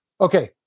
okay